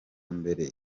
mbere